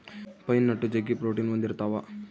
pine nut ಜಗ್ಗಿ protein ಹೊಂದಿರ್ತವ